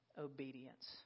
obedience